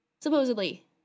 supposedly